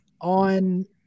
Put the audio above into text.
on